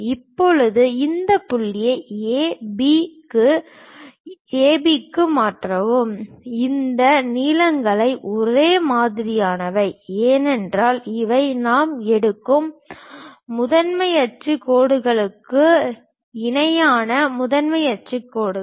இப்போது இந்த புள்ளியை A B க்கு A B க்கு மாற்றவும் இந்த நீளங்கள் ஒரே மாதிரியானவை ஏனென்றால் இவை நாம் எடுக்கும் முதன்மை அச்சு கோடுகளுக்கு இணையான முதன்மை அச்சு கோடுகள்